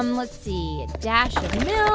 um let's see a dash yeah